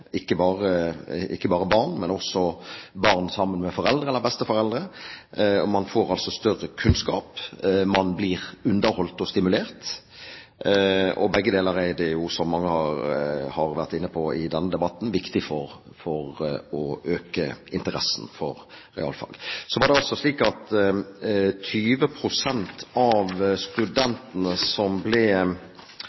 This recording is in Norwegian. ikke bare barn, men også barn sammen med foreldre eller besteforeldre. Man får større kunnskap, man blir underholdt og stimulert, og begge deler er – som mange har vært inne på i denne debatten – viktig for å øke interessen for realfag. Så er det slik at 20 pst. av